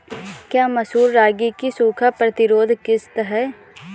क्या मसूर रागी की सूखा प्रतिरोध किश्त है?